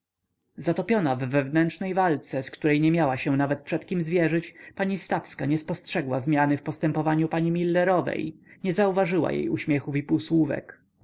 w wewnętrznej walce z której nie miała się nawet przed kim zwierzyć pani stawska nie spostrzegła zmiany w postępowaniu pani milerowej nie zauważyła jej uśmiechów i półsłówek